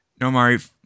Nomari